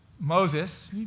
Moses